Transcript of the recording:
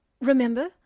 remember